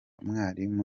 mwarimu